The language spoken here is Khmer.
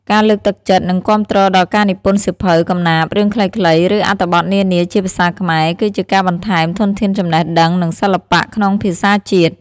ការលើកទឹកចិត្ត និងគាំទ្រដល់ការនិពន្ធសៀវភៅ កំណាព្យ រឿងខ្លីៗ ឬអត្ថបទនានាជាភាសាខ្មែរ គឺជាការបន្ថែមធនធានចំណេះដឹង និងសិល្បៈក្នុងភាសាជាតិ។